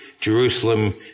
Jerusalem